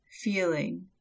feeling